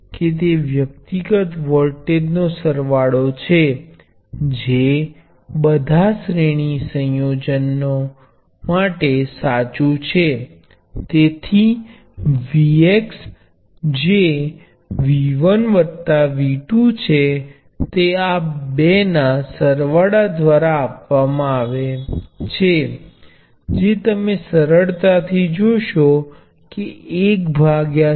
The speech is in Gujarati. હવે તે દરેક માંથી વહેતો પ્રવાહ એ ઓહ્મ ના નિયમ દ્વારા મળે છે અને આ ખાસ કિસ્સામાં વાહકતા નો ઉપયોગ કરવો વધુ અનુકૂળ છે હું આ પ્રવાહ ને G1 V તરીકે લખીશ જ્યાં G1 વાહકતા છે તેવી જ રીતે આ G2 V અને અંતે આ GNV છે અને પ્રવાહ અહીં સ્પષ્ટ છે આ બધા G 1 G 2